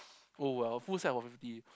oh well full set of fifty